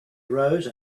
arose